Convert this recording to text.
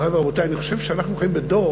מורי ורבותי, אני חושב שאנחנו חיים בדור